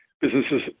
businesses